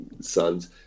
sons